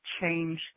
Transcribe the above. change